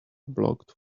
blocked